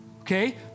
okay